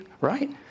right